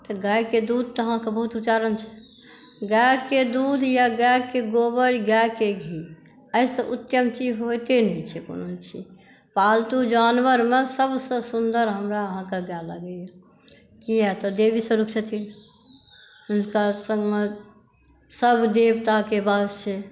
तऽ गायके दूध तऽ अहाँके बहुत छै गायके दूध या गायके गोबर गायके घी एहिसँ उत्तम चीज होयते नहि छै कोनो चीज पालतू जानवरमे सबसँ सुन्दर हमरा अहाँके गाय लागैया किया तऽ देवी स्वरुप छथिन हुनका संगमे सब देवताके वास छै